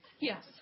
Yes